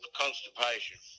constipation